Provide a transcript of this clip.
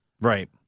Right